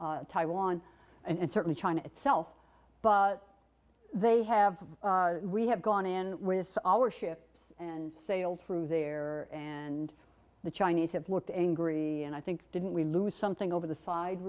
whatnot taiwan and certainly china itself but they have we have gone in with our ships and sailed through there and the chinese have looked angry and i think didn't we lose something over the side